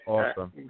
Awesome